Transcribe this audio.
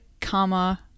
comma